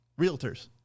Realtors